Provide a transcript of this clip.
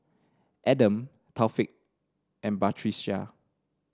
Adam Taufik and Batrisya